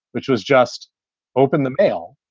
which was just open the mail.